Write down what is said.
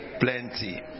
plenty